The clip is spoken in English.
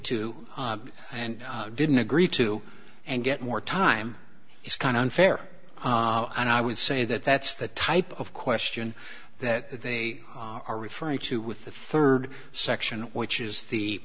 to and didn't agree to and get more time he's kind of unfair and i would say that that's the type of question that they are referring to with the third section which is the